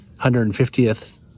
150th